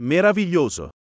Meraviglioso